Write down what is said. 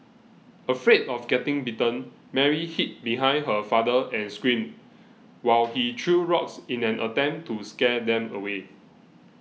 afraid of getting bitten Mary hid behind her father and screamed while he threw rocks in an attempt to scare them away